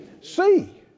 See